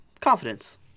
confidence